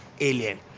alien